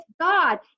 God